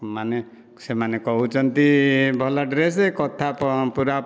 ମାନେ ସେମାନେ କହୁଛନ୍ତି ଭଲ ଡ୍ରେସ କଥା ପୂରା